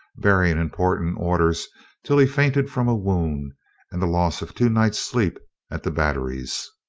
bearing important orders till he fainted from a wound and the loss of two nights' sleep at the batteries.